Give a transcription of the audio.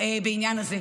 בעניין הזה.